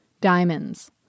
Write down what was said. diamonds